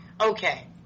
okay